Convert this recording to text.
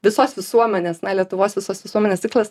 visos visuomenės na lietuvos visos visuomenės tikslas